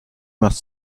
must